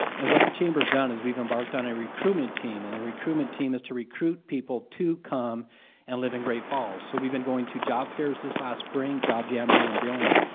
and what the chamber's done is we've embarked on a recruitment team and the recruitment team has to recruit people to come and live in great falls. so we've been going to job fairs this last spring, job jamboree in billings.